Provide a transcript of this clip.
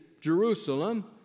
Jerusalem